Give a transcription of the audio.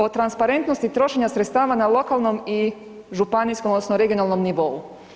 O transparentnosti trošenja sredstava na lokalnom i županijskom odnosno regionalnom nivou.